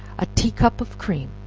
a tea-cup of cream,